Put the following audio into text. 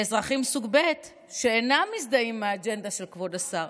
לאזרחים סוג ב' שאינם מזדהים עם האג'נדה של כבוד השר.